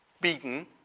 beaten